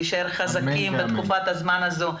להישאר חזקים בתקופת הזמן הזו.